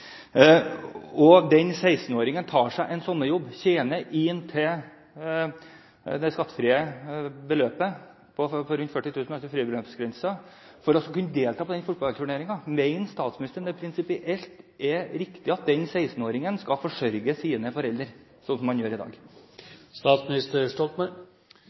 den 16-åringen tar seg en sommerjobb og tjener inntil det skattefrie beløpet – fribeløpsgrensen på rundt 40 000 kr – for å kunne delta på den fotballturneringen, mener statsministeren at det da er prinsipielt riktig at den 16-åringen skal forsørge sine foreldre, slik man gjør i